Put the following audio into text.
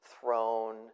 throne